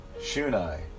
Shunai